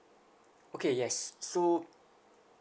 okay yes so